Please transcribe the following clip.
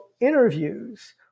interviews